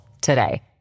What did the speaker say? today